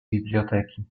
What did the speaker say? biblioteki